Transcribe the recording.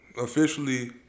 officially